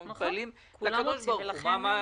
אנחנו מתפללים לקדוש ברוך הוא.